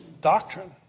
doctrine